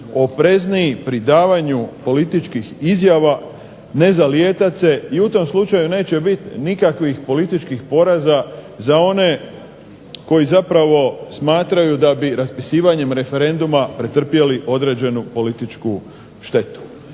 oprezniji pri davanju političkih izjava, ne zalijetat se i u tom slučaju neće biti političkih poraza za one koji zapravo smatraju da bi raspisivanjem referenduma pretrpjeli određenu političku štetu.